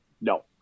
No